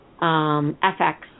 FX